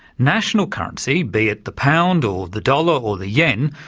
national currency, be it the pound or the dollar or the yen,